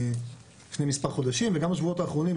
לפני מספר חודשים וגם בשבועות האחרונים,